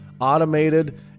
automated